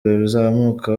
bizamuka